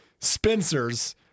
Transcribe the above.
spencer's